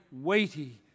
weighty